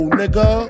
nigga